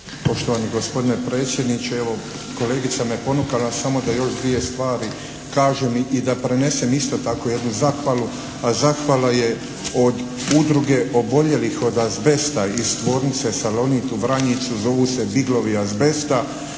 Poštovani gospodine predsjedniče. Evo, kolegica me ponukala samo da još dvije stvari kažem i da prenesem isto tako jednu zahvalu, a zahvala je od Udruge oboljelih od azbesta iz tvornice “Salonit“ u Vranjicu. Zovu se diblovi azbesta